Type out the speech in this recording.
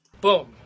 Boom